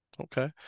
okay